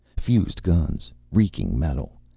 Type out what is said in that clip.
fused guns, reeking metal.